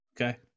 Okay